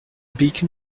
beacon